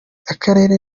akarere